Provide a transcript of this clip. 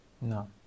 No